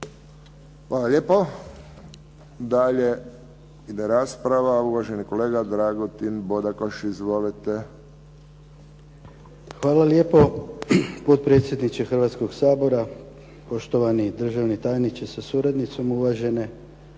Hvala lijepo. Dalje ide rasprava, uvaženi kolega Dragutin Bodakoš. Izvolite. **Bodakoš, Dragutin (SDP)** Hvala lijepo potpredsjedniče Hrvatskog sabora, poštovani državni tajniče sa suradnicom, uvažene